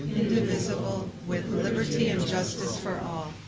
indivisible, with liberty and justice for all.